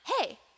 hey